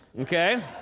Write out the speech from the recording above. okay